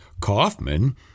Kaufman